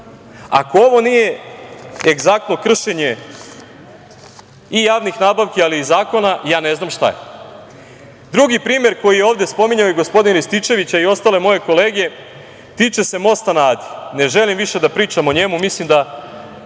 Ako ovo nije egzaktno kršenje i javnih nabavki, ali i zakona, ja ne znam šta je. Drugi primer, koji je ovde spominjao gospodin Rističević, a ostale moje kolege, tiče se mosta na Adi. Ne želim više da pričam o njemu, mislim da